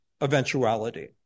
eventuality